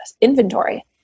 inventory